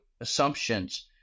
assumptions